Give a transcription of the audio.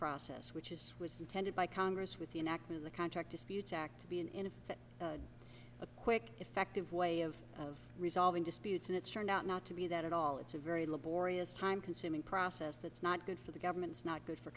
process which is was intended by congress with the an act in the contract disputes act to be in a quick effective way of of resolving disputes and it's turned out not to be that at all it's a very laborious time consuming process that's not good for the government's not good for